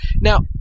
Now